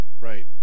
Right